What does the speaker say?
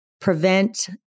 prevent